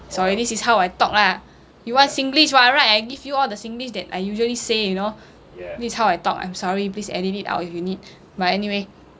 sorry this is how I talk lah you want singlish [what] right I give you all the singlish that I usually say you know this is how I talk I'm sorry please edit it out if you need but anyway